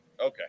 Okay